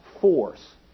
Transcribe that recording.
force